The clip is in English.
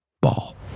Ball